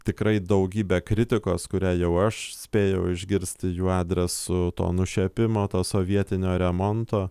tikrai daugybę kritikos kurią jau aš spėjau išgirsti jų adresu to nušepimo to sovietinio remonto